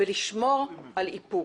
ולשמור על איפוק.